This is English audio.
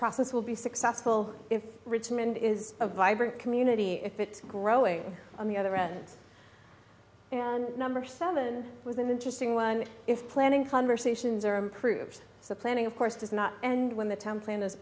process will be successful if richmond is a vibrant community if it's growing on the other end and number seven was an interesting one if planning conversations or improves the planning of course does not and when the templa